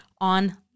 on